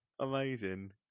Amazing